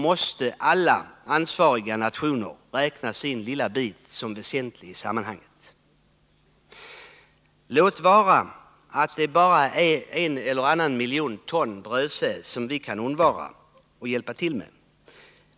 Men alla ansvariga nationer måste räkna sin lilla bit som väsentlig i sammanhanget. Det är bara en eller annan miljon ton brödsäd som vi kan undvara och hjälpa till med.